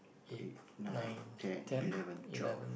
eight nine ten eleven twelve